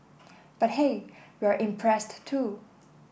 but hey we're impressed too